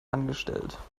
angestellt